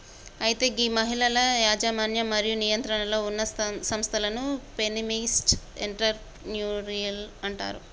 అయితే గీ మహిళల యజమన్యం మరియు నియంత్రణలో ఉన్న సంస్థలను ఫెమినిస్ట్ ఎంటర్ప్రెన్యూరిల్ అంటారు